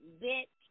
bitch